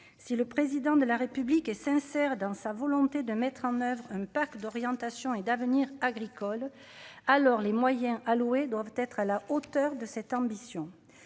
si le président de la République est sincère dans sa volonté de mettre en oeuvre un parc d'orientation et d'avenir agricole alors les moyens alloués doivent être à la hauteur de cette ambition,